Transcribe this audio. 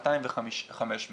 200 ו-500.